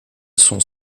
sont